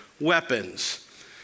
weapons